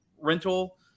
rental